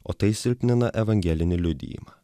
o tai silpnina evangelinį liudijimą